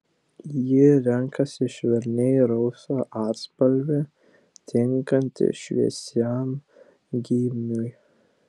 ji renkasi švelniai rausvą atspalvį tinkantį šviesiam gymiui